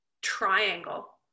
triangle